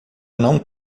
não